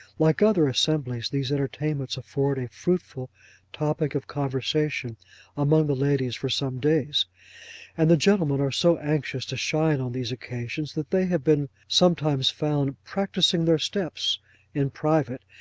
like other assemblies, these entertainments afford a fruitful topic of conversation among the ladies for some days and the gentlemen are so anxious to shine on these occasions, that they have been sometimes found practising their steps' in private,